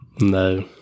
No